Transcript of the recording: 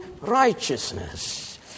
righteousness